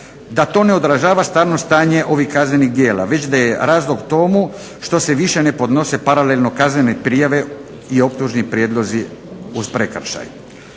da to ne odražava stvarno stanje ovih kaznenih djela već da je razlog tome što se više ne podnose paralelno kaznene prijave i optužni prijedlozi uz prekršaj.